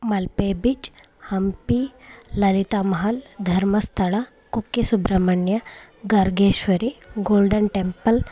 Malpe beach Hampi Lalitha Mahal Dharmasthala Kukke Subramanya Gargeshwari Golden temple